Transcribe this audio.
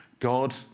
God